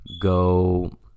go